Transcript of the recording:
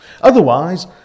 Otherwise